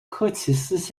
科奇斯